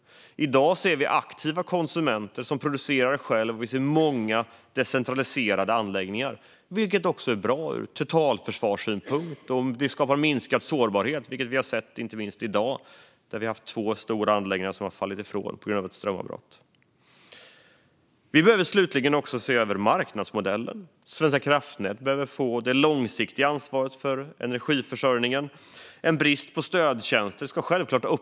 I dag ser vi aktiva konsumenter som producerar själva i sina många decentraliserade anläggningar. Detta är bra ur totalförsvarssynpunkt och skapar minskad sårbarhet. Det har vi inte minst sett i dag, när vi har haft två stora anläggningar som har fallit ifrån på grund av ett strömavbrott. Vi behöver slutligen också se över marknadsmodellen. Svenska kraftnät behöver få det långsiktiga ansvaret för energiförsörjningen. En brist på stödtjänster måste självklart åtgärdas.